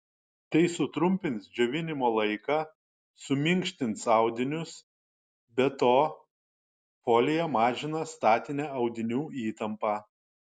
tai sutrumpins džiovinimo laiką suminkštins audinius be to folija mažina statinę audinių įtampą